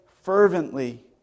fervently